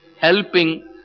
helping